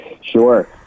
sure